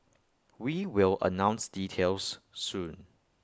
we will announce details soon